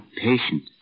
patient